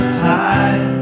pie